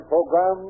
Program